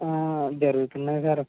జరుగుతున్నాయ్ sir